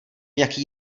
jaký